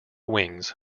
wings